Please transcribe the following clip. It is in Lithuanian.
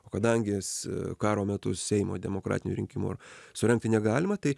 o kadangi jis karo metu seimo demokratinių rinkimų surengti negalima tai